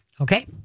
Okay